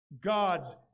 God's